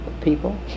people